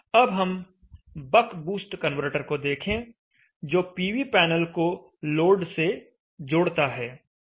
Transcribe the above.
अब हम buck boost converter को देखें जो पीवी पैनल को लोड से जोड़ता है